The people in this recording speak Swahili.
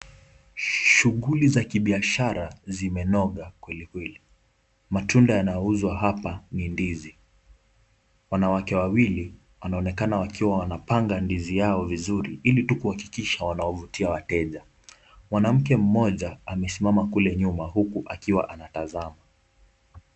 Shughuli za kibiashara zimenoga kweli kweli. Matunda yanauzwa hapa ni ndizi. Wanawake wawili wanaonekana wakiwa wanapanga ndizi yao vizuri ili tu kuhakikisha wanavutia wateja. Mwanamke mmoja amesimama kule nyuma huku akiwa anatazama.